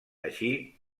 així